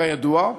כידוע,